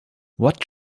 what